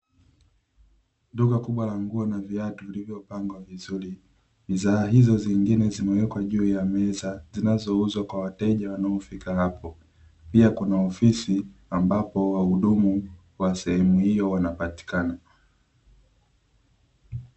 Duka kubwa la nguo na viatu vilivyopangwa vizuri, bidhaa hizo zingine zimewekwa juu ya meza, zinazouzwa kwa wateja wanaofika hapo. Pia kuna ofisi ambapo wahudumu kwa sehemu hiyo wanapatikana.